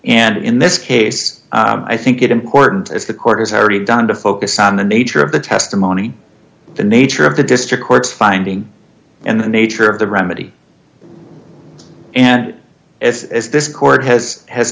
and in this case i think it important as the court has already done to focus on the nature of the testimony the nature of the district court's finding and the nature of the remedy and if as this court has has